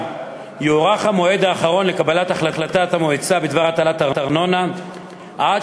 יוארך המועד האחרון לקבלת החלטת המועצה בדבר הטלת ארנונה עד